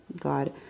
God